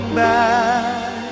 back